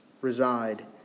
reside